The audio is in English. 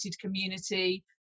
community